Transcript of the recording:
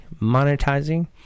monetizing